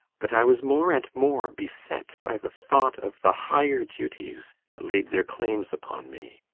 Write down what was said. but i was more and more beset by the thought of the higher duties that laid their claims upon me.